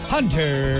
Hunter